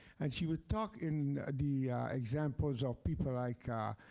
and she would talk in the examples of people like